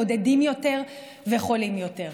בודדים יותר וחולים יותר.